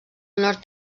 nord